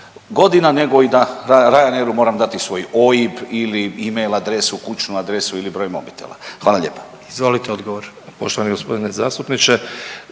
godina nego i da Ryanair-u moram dati svoj OIB ili email adresu, kućnu adresu ili broj mobitela? Hvala lijepo **Jandroković,